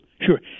sure